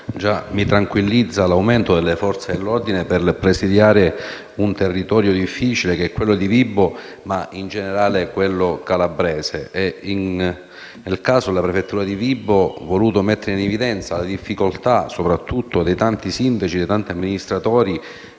mi tranquillizza l'aumento delle Forze dell'ordine per presidiare un territorio difficile come quello di Vibo Valentia e, in generale, calabrese. Nel caso della prefettura di Vibo Valentia, ho voluto mettere in evidenza la difficoltà dei tanti sindaci e amministratori